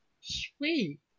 sweet